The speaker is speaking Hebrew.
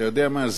אתה יודע מה?